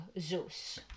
Zeus